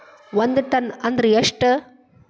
ಒಂದ್ ಟನ್ ಅಂದ್ರ ಎಷ್ಟ?